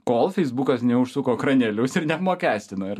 kol feisbukas neužsuko kranelius ir neapmokestino ir